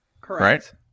correct